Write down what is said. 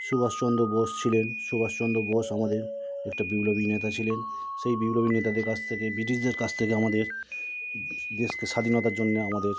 সুভাষচন্দ্র বোস ছিলেন সুভাষচন্দ্র বোস আমাদের একটা বিপ্লবী নেতা ছিলেন সেই বিপ্লবী নেতাদের কাছ থেকে ব্রিটিশদের কাছ থেকে আমাদের দেশকে স্বাধীনতার জন্যে আমাদের